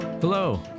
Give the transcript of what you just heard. Hello